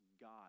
God